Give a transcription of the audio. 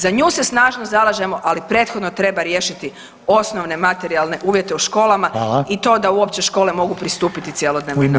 Za nju se snažno zalažemo, ali prethodno treba riješiti osnovne materijalne uvjete u školama i to da uopće škole mogu pristupiti cjelodnevnoj nastavi.